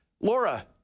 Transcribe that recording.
Laura